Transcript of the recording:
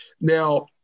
Now